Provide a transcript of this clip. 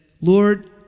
Lord